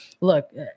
look